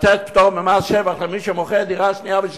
לתת פטור ממס שבח למי שמוכר דירה שנייה או שלישית.